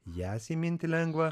jas įminti lengva